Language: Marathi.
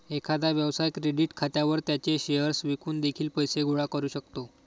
एखादा व्यवसाय क्रेडिट खात्यावर त्याचे शेअर्स विकून देखील पैसे गोळा करू शकतो